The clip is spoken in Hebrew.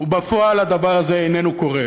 בפועל הדבר הזה איננו קורה.